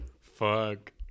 Fuck